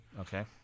Okay